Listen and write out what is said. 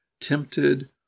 tempted